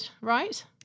right